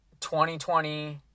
2020